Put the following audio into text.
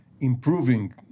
improving